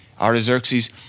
Artaxerxes